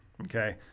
Okay